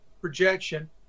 projection